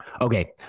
Okay